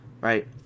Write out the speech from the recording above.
right